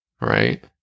Right